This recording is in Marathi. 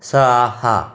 सहा